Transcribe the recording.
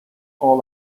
all